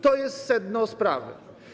To jest sedno sprawy.